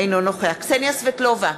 אינו נוכח קסניה סבטלובה,